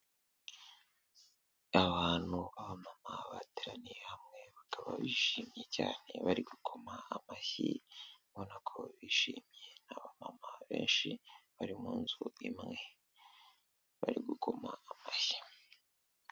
Abantu b'aba mama bateraniye hamwe bakaba bishimye cyane bari gukoma amashyi, ubona ko bishimye, ni aba mama benshi bari mu nzu imwe, bari gukoma amashyi.